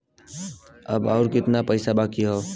अब अउर कितना पईसा बाकी हव?